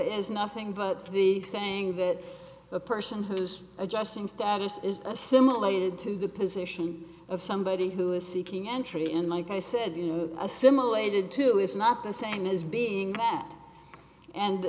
is nothing but the saying that a person who is adjusting status is assimilated to the position of somebody who is seeking entry in like i said you know assimilated to is not the same as being bad and